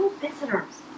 visitors